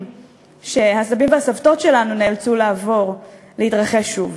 שהסבים והסבתות נאלצו לעבור להתרחש שוב.